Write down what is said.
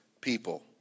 people